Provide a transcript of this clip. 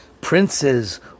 princes